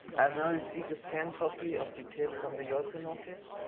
i've now received a scanned copy of details from the european office.